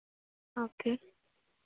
okay